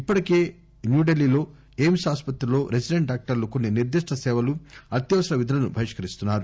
ఇప్పటికే న్యూ ఢిల్లీలోని ఎయిమ్స్ ఆసుపత్రిలో రెసిడెంట్ డాక్టర్లు కొన్ని నిర్దిష్ట సేవలు అత్యవసర విధులను బహిష్కరిస్తున్నారు